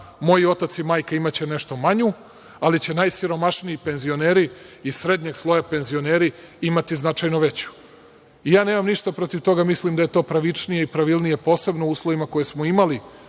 moj otac i majka imaće nešto manju, ali će najsiromašniji penzioneri iz srednjeg sloja penzioneri imati značajno veću. Ja nemam ništa protiv toga. Mislim da je to pravičnije i pravilnije posebno u uslovima koje smo imali